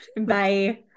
Bye